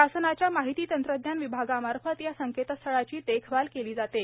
शासनाच्या माहिती तंत्रज्ञान विभागामार्फत या संकेतस्थळाची देखभाल केली जाते